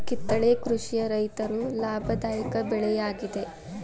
ಕಿತ್ತಳೆ ಕೃಷಿಯ ರೈತರು ಲಾಭದಾಯಕ ಬೆಳೆ ಯಾಗಿದೆ